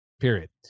period